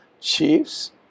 Chiefs